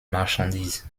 marchandises